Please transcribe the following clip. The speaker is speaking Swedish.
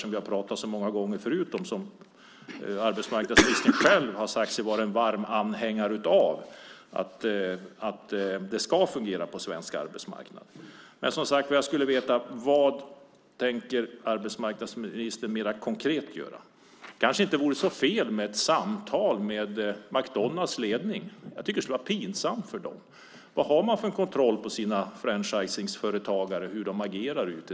Det har vi pratat om många gånger förr, och arbetsmarknadsministern har själv sagt att han är en varm anhängare av att det ska fungera på den svenska arbetsmarknaden. Men jag skulle som sagt vilja veta vad arbetsmarknadsministern tänker göra mer konkret. Det kanske inte vore så fel med ett samtal med McDonalds ledning. Det här borde vara pinsamt för dem. Vad har man för kontroll på sina franchiseföretagare och hur dessa agerar?